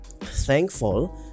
thankful